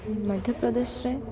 ମଧ୍ୟପ୍ରଦେଶରେ